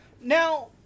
Now